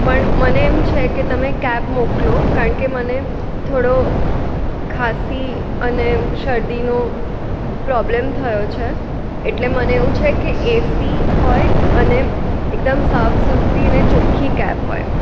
પણ મને એમ છે કે તમે કેબ મોકલો કારણ કે મને થોડો ખાંસી અને શરદીનો પ્રોબ્લેમ થયો છે એટલે મને એવું છે કે એસી હોય અને એકદમ સાફસુથરી અને ચોખ્ખી કેબ હોય